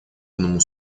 одному